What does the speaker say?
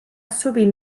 sovint